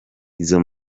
izo